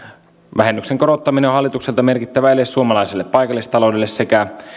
vähennyksen korottaminen on hallitukselta merkittävä ele suomalaiselle paikallistaloudelle sekä